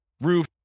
roof